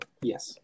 Yes